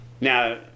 now